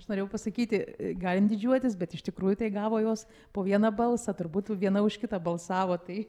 aš norėjau pasakyti galim didžiuotis bet iš tikrųjų tai gavo jos po vieną balsą turbūt viena už kitą balsavo tai